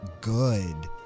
good